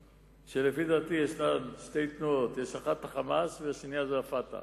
לפי דעתי יש שתי תנועות: אחת זו ה"חמאס" והשנייה זו "פתח".